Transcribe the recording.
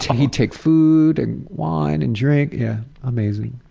he'd take food, and wine and drink, yeah, amazing.